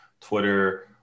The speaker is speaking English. Twitter